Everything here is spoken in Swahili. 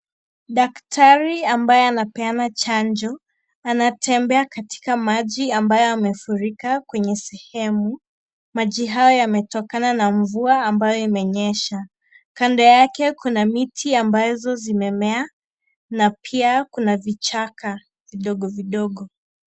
Daktari ambaye anapeana chanjo anatembea katika maji ambayo yamefurika kwenye sehemu. Maji hayo yametokana na mvua ambayo imenyesha. Kando yake kuna miti ambazo zimemea na pia kuna vichaka vidogo vidogo.